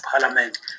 Parliament